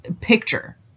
picture